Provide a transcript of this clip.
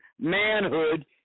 manhood